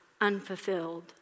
unfulfilled